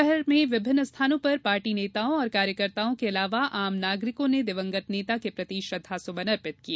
शहर में विभिन्न स्थानों पर पार्टी नेताओं और कार्यकर्ताओं के अलावा आम नागरिकों ने दिवंगत नेता के प्रति श्रद्वासुमन अर्पित किए